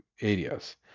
areas